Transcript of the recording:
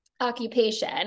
occupation